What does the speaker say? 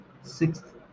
sixth